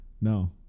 No